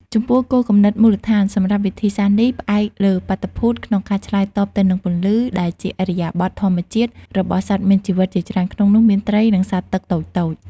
ចំពោះ គោលគំនិតមូលដ្ឋាន សម្រាប់វិធីសាស្រ្តនេះផ្អែកលើបាតុភូត ក្នុងការឆ្លើយតបទៅនឹងពន្លឺ ដែលជាឥរិយាបថធម្មជាតិរបស់សត្វមានជីវិតជាច្រើន ក្នុងនោះមានត្រី និងសត្វទឹកតូចៗ។